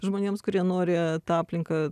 žmonėms kurie nori tą aplinką